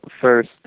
first